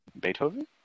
beethoven